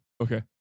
okay